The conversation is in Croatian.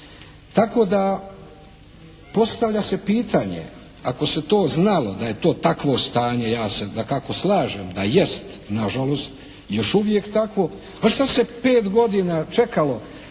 Tako da postavlja se pitanje, ako se to znalo da je to takvo stanje, ja se dakako slažem da jest nažalost i još uvijek takvo, a šta se pet godina čekalo?